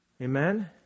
Amen